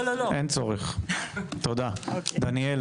דוד ביטן,